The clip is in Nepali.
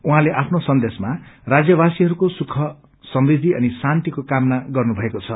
उहाँले आफ्नो सन्देशमा राज्यवासीहरूको सुख समृद्धि अनि शान्तिको कामना गर्नुभएको छ